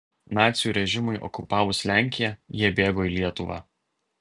nacių režimui okupavus lenkiją jie bėgo į lietuvą